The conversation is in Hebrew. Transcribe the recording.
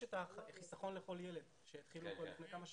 יש את החיסכון לכל ילד שהתחילו בו לפני כמה שנים.